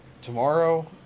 Tomorrow